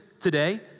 today